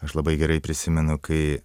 aš labai gerai prisimenu kai